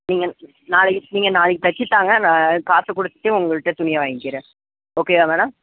நீங்கள் நாளைக்கு நீங்கள் நாளைக்கு தைச்சி தாங்க நான் காசு கொடுத்துடே உங்கள்கிட்ட துணியை வாங்கிகிறேன் ஓகேவா மேடம்